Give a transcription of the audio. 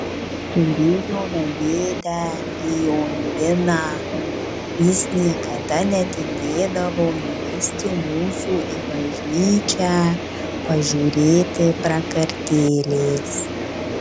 turėjome dėdę lionginą jis niekada netingėdavo nuvesti mūsų į bažnyčią pažiūrėti prakartėlės